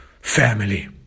family